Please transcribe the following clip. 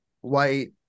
white